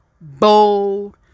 bold